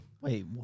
wait